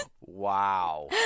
Wow